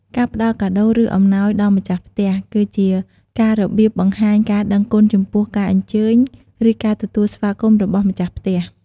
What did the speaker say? កាផ្តល់កាដូរ ឬអំណោយដល់ម្ចាស់ផ្ទះ គឺជាការរបៀបបង្ហាញការដឹងគុណចំពោះការអញ្ជើញឬការទទួលស្វាគមន៏របស់ម្ចាស់ផ្ទះ។